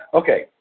okay